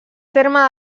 terme